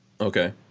Okay